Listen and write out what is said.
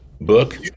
book